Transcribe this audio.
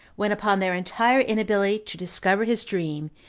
when, upon their entire inability to discover his dream,